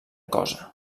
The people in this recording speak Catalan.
cosa